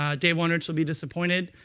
ah dave wondrich shall be disappointed,